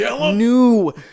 new